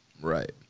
Right